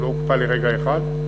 הוא לא הוקפא לרגע אחד.